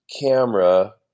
camera